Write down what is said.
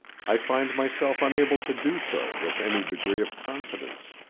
i find myself unable to do so with any degree of confidence,